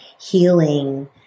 healing